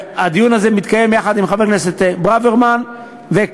הדיון הזה מתקיים יחד עם חברי הכנסת ברוורמן וכבל.